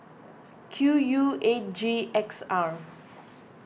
Q U eight G X R